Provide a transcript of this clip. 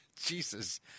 Jesus